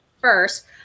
first